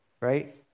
right